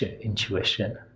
intuition